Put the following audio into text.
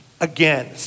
again